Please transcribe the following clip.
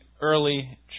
early